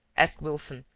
asked wilson,